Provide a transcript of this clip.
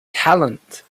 talent